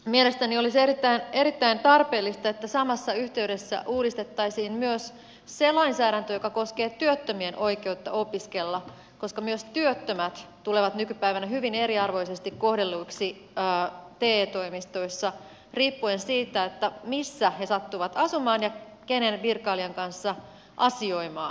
mielestäni olisi erittäin tarpeellista että samassa yhteydessä uudistettaisiin myös se lainsäädäntö joka koskee työttömien oikeutta opiskella koska myös työttömät tulevat nykypäivänä hyvin eriarvoisesti kohdelluiksi te toimistoissa riippuen siitä missä he sattuvat asumaan ja kenen virkailijan kanssa asioimaan